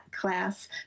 class